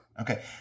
Okay